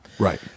Right